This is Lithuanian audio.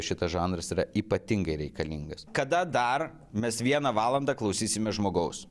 šitas žanras yra ypatingai reikalingas kada dar mes vieną valandą klausysimės žmogaus